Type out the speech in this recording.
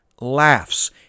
laughs